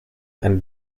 and